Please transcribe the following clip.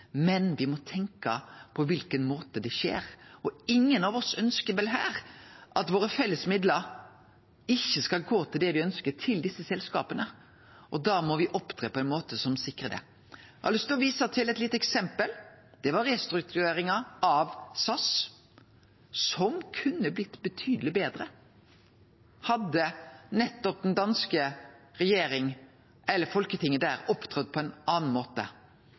men me må tenkje på kva måte det skjer på. Ingen av oss ønskjer vel at våre felles midlar ikkje skal gå til det me ønskjer, til desse selskapa, og da må me opptre på ein måte som sikrar det. Eg har lyst til å vise til eit lite eksempel. Det er restruktureringa av SAS, som kunne blitt betydeleg betre hadde nettopp den danske regjeringa, eller Folketinget, opptredd på ein annan måte.